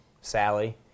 Sally